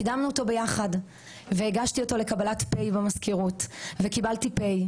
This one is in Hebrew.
קידמנו אותו ביחד והגשתי אותו לקבלת פ' במזכירות וקיבלתי פ'.